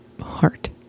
heart